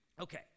Okay